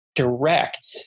direct